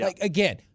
Again